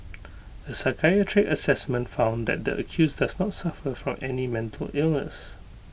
A psychiatric Assessment found that the accused does not suffer from any mental illness